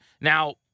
Now